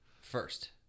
first